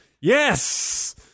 Yes